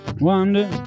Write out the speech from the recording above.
Wonder